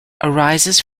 arises